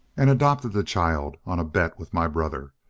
and adopted the child on a bet with my brother.